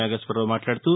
నాగేశ్వరరావు మాట్లాదుతూ